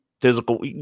physical